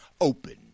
open